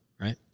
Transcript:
right